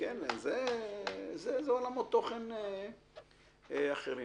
אלה עולמות תוכן אחרים.